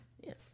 Yes